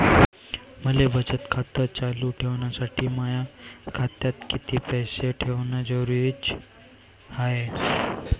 मले बचत खातं चालू ठेवासाठी माया खात्यात कितीक पैसे ठेवण जरुरीच हाय?